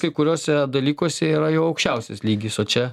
kai kuriuose dalykuose yra jau aukščiausias lygis o čia